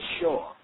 sure